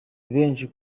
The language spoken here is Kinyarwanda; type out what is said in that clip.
benshi